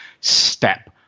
step